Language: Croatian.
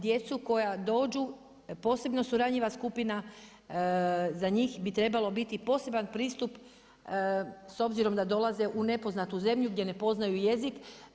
Djecu koja dođu posebno su ranjiva skupina, za njih bi trebalo biti poseban pristup s obzirom da dolaze u nepoznatu zemlju gdje ne poznaju jezik.